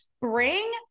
bring